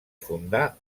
fundar